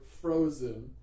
frozen